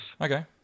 Okay